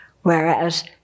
Whereas